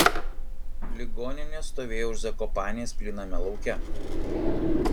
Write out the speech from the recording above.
ligoninė stovėjo už zakopanės plyname lauke